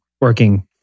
working